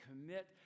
commit